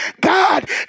God